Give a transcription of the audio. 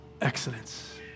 excellence